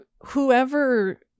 whoever